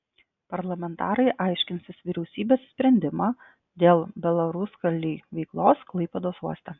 parlamentarai aiškinsis vyriausybės sprendimą dėl belaruskalij veiklos klaipėdos uoste